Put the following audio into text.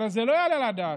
הרי זה לא יעלה על הדעת,